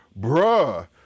bruh